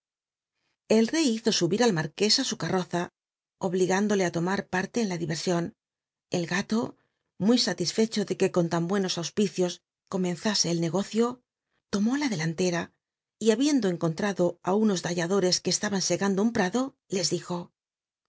el rey hizo subir al marr ué ú su carroza obligándole á loma par tu en la diversión el galo lllll satisfecho de que ton lar bueno au picios conrenzase el negocio lomó la tl lanlera habiendo encontrado á li jos dalladores que c taban cgandtl un prado les dijo